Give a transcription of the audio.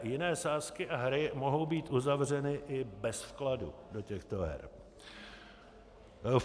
Jiné sázky a hry mohou být uzavřeny i bez vkladu do těchto her.